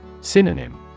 Synonym